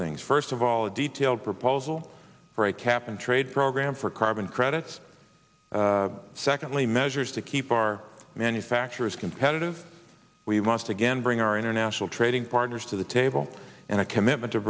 things first of all a detailed proposal for a cap and trade program for carbon credits secondly measures to keep our manufacturers competitive we must again bring our international trading partners to the table in a commitment